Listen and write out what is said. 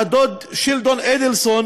שהדוד שלדון אדלסון